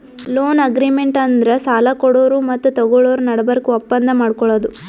loan agreement ಅಂದ್ರ ಸಾಲ ಕೊಡೋರು ಮತ್ತ್ ತಗೋಳೋರ್ ನಡಬರ್ಕ್ ಒಪ್ಪಂದ್ ಮಾಡ್ಕೊಳದು